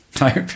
Nope